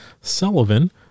Sullivan